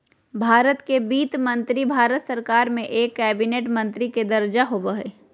भारत के वित्त मंत्री भारत सरकार में एक कैबिनेट मंत्री के दर्जा होबो हइ